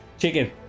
Chicken